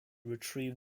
retrieve